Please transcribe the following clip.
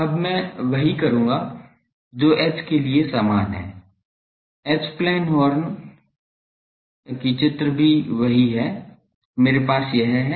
अब मैं वही करूंगा जो H के लिए समान है एच प्लेन हॉर्न कि चित्र भी यही है मेरे पास यह है